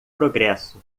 progresso